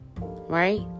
right